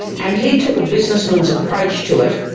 and he took a businessman's approach to it.